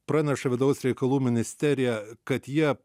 praneša vidaus reikalų ministerija kad jie